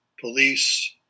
police